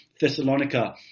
Thessalonica